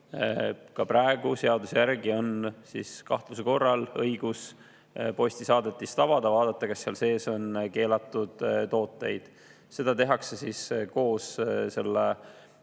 Ka praegu on seaduse järgi kahtluse korral õigus postisaadetist avada ja vaadata, kas seal sees on keelatud tooteid. Seda tehakse koos